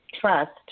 trust